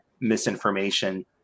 misinformation